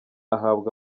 ahabwa